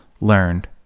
learned